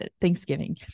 Thanksgiving